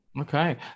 okay